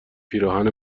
پیراهن